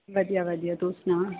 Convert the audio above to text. ਵਧੀਆ ਵਧੀਆ ਤੂੰ ਸੁਣਾ